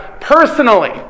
Personally